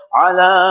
ala